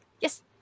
yes